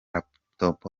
laptop